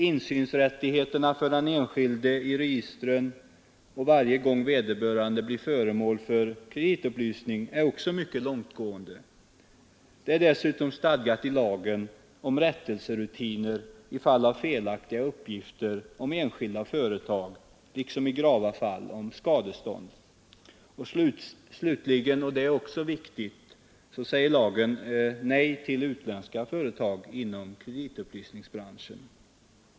Insynsrättigheterna för den enskilde i registret varje gång vederbörande blir föremål för kreditupplysning är också mycket långtgående. Det är dessutom stadgat i lagen om rättelserutiner i fall av felaktiga uppgifter om enskilda och företag, liksom i grava fall om skadestånd. Slutligen, och det är också viktigt, säger lagen nej till utländska företag inom kreditupplysningsbranschen.